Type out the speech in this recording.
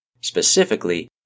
specifically